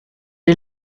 est